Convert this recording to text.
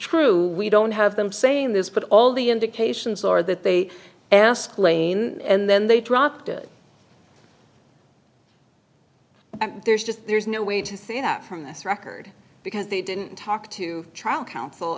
true we don't have them saying this but all the indications are that they asked lane and then they dropped it there's just there's no way to say that from this record because they didn't talk to trial coun